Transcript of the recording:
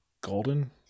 Golden